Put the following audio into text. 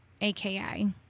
AKA